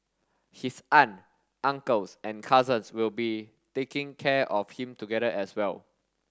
his aunt uncles and cousins will be taking care of him together as well